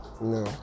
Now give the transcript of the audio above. No